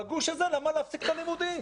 בגוש הזה למה להפסיק את הלימודים?